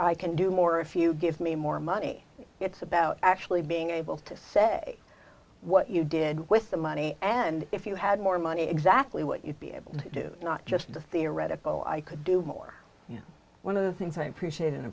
can do more if you give me more money it's about actually being able to say what you did with the money and if you had more money exactly what you'd be able to do not just the theoretical i could do more one of the things i appreciate